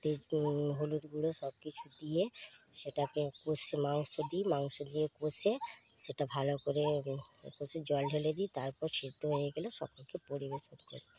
হলুদ গুঁড়ো সব কিছু দিয়ে সেটাকে কষে মাংস দিই মাংস দিয়ে কষে সেটা ভালো করে প্রচুর জল ঢেলে দিই তারপর সেদ্ধ হয়ে গেলে সকলকে পরিবেশন করি